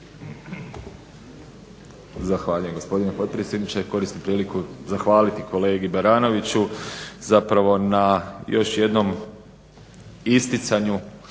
Zahvaljujem gospodine potpredsjedniče. Koristim priliku zahvaliti kolegi Baranoviću zapravo na još jednom isticanju